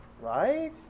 Right